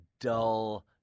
dull